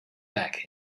back